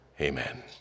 amen